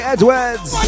Edwards